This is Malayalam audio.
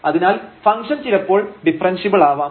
അതിനാൽ ഫംഗ്ഷൻചിലപ്പോൾ ഡിഫറെൻഷ്യബിൾ ആവാം